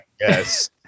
Yes